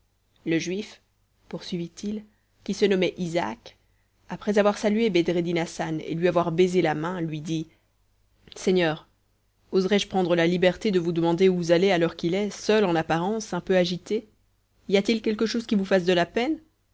le juif poursuivit-il qui se nommait isaac après avoir salué bedreddin hassan et lui avoir baisé la main lui dit seigneur oserais-je prendre la liberté de vous demander où vous allez à l'heure qu'il est seul en apparence un peu agité y a-t-il quelque chose qui vous fasse de la peine